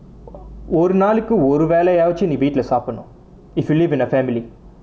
ஒரு நாளுக்கு ஒரு வேலையாட்சும் நீ வீட்டுலை சாப்பிடனும்:oru naalukku oru velaiyaatchum nee veetulai saapidanum if you live in a family